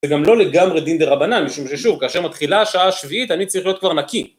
זה גם לא לגמרי דין דה רבנן, משום ששוב, כאשר מתחילה השעה השביעית, אני צריך להיות כבר נקי.